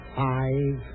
five